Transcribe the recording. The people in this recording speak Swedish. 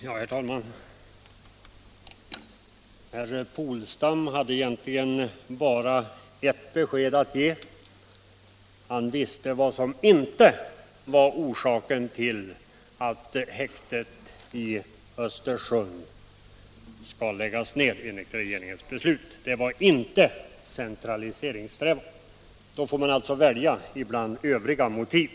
Herr talman! Herr Polstam hade egentligen bara ett besked att ge. Han visste vad som inte var orsaken till att häktet i Östersund enligt regeringens beslut skall läggas ned: det var inte centraliseringssträvanden. Då får man alltså välja bland övriga motiv.